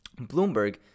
Bloomberg